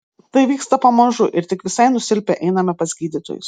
tai vyksta pamažu ir tik visai nusilpę einame pas gydytojus